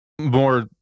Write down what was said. more